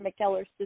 McKellar's